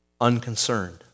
unconcerned